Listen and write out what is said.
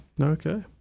Okay